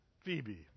Phoebe